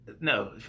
no